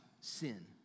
sin